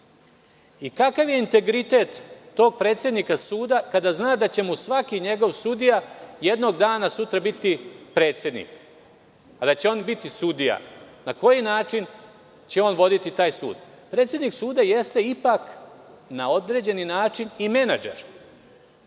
Kakav je integritet tog predsednika suda kada zna da će mu svaki njegov sudija jednog dana sutra biti predsednik, a da će on biti sudija? Na koji način će on voditi taj sud? Predsednik suda jeste ipak na određeni način i menadžer.